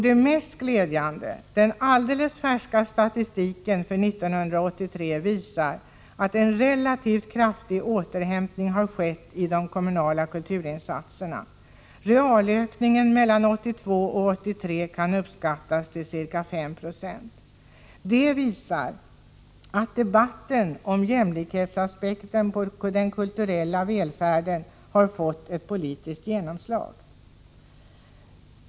Det mest glädjande är att den alldeles färska statistiken för 1983 visar att en relativt kraftig återhämtning har skett i de kommunala kulturinsatserna. Realökningen mellan 1982 och 1983 kan uppskattas till ca 5 70. Det visar att debatten om jämlikhetsaspekten på den kulturella välfärden har fått ett politiskt genomslag.